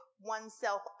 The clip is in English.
oneself